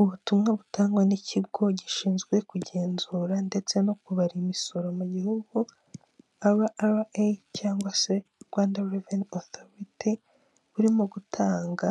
Ubutumwa butangwa n' ikigo gishinzwe kugenzura ndetse no kubara imisoro mu gihugu cyangwa se rwanda ara ara eyi cg Rwanda revenu oforiti buririmo gutanga